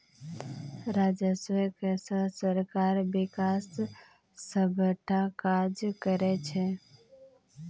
राजस्व कर सँ सरकार बिकासक सभटा काज करैत छै